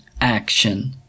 action